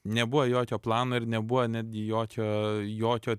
nebuvo jokio plano ir nebuvo netgi jokio jokio